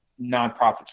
nonprofits